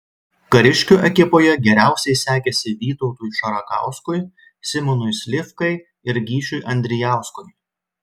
kariškių ekipoje geriausiai sekėsi vytautui šarakauskui simonui slivkai ir gyčiui andrijauskui